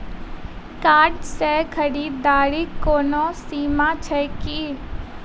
Card सँ खरीददारीक कोनो सीमा छैक की?